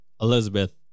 Elizabeth